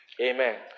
Amen